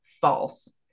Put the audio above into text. false